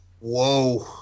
Whoa